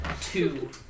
Two